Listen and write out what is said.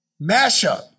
mashup